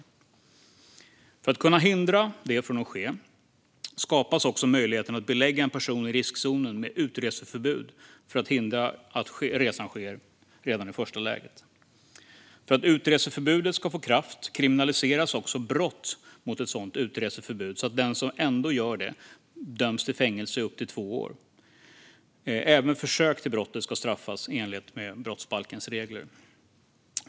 För att vi ska kunna hindra detta från att ske skapas också möjligheten att belägga en person i riskzonen med utreseförbud, för att hindra att resan sker redan i första läget. För att utreseförbudet ska få kraft kriminaliseras också brott mot ett sådant utreseförbud, så att den som ändå gör detta döms till fängelse i upp till två år. Även försök till brottet ska straffas i enlighet med brottsbalkens regler.